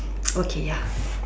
okay ya